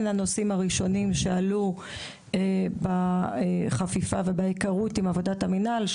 הנושאים הראשונים שעלו בחפיפה ובהיכרות עם עבודת המנהל,